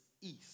east